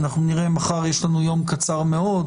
מחר יש לנו יום קצר מאוד,